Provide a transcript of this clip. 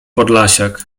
podlasiak